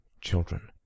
children